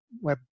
web